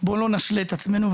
בוא לא נשלה את עצמנו.